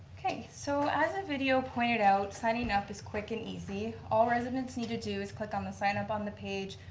okay, so as the video pointed out signing up is quick and easy. all residents need to do is click on the sign up on the page,